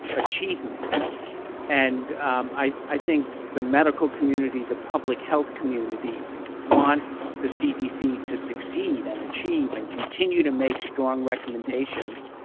achievement and i think the medical community, the public health community wants the cdc to succeed and achieve and continue to make strong recommendations.